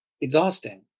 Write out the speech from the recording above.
exhausting